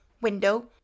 window